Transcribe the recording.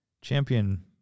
champion